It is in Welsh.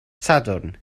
sadwrn